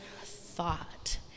thought